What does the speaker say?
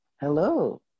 Hello